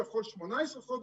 על כל 18 חודשים,